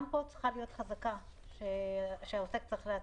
גם פה צריכה להיות חזקה שהעוסק צריך להציג.